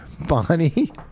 Bonnie